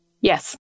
Yes